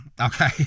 Okay